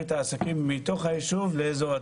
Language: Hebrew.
את העסקים מתוך היישוב לאזור התעשייה.